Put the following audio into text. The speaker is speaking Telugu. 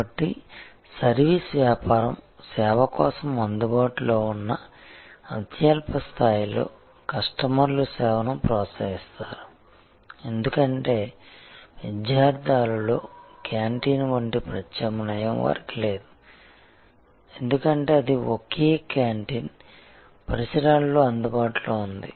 కాబట్టి సర్వీసు వ్యాపారం సేవ కోసం అందుబాటులో ఉన్న అత్యల్ప స్థాయిలో కస్టమర్లు సేవను ప్రోత్సహిస్తారు ఎందుకంటే విద్యార్థి హాలులో క్యాంటీన్ వంటి ప్రత్యామ్నాయం వారికి లేదు ఎందుకంటే అది ఒకే క్యాంటీన్ పరిసరాల్లో అందుబాటులో ఉంది